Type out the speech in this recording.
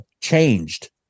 changed